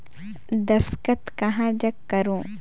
दस्खत कहा जग करो?